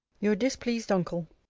your displeased uncle,